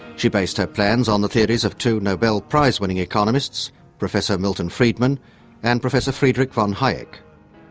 she based her plans on the theories of two nobel prize-winning economists professor milton friedman and professor friedrich von hayek.